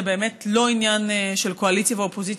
זה באמת לא עניין של קואליציה ואופוזיציה,